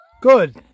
Good